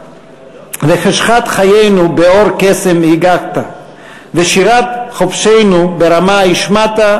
וחשכת חיינו באור קסם הגהת / ושירת חפשנו ברמה השמעת /